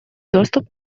доступ